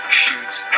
shoots